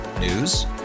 News